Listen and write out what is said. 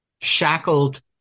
shackled